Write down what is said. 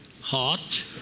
hot